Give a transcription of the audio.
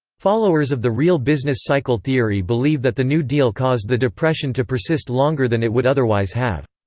followers of the real business-cycle theory believe that the new deal caused the depression to persist longer than it would otherwise have.